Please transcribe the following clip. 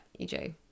EJ